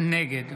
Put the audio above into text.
נגד